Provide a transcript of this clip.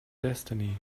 destiny